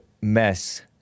mess